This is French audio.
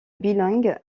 bilingue